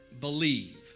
believe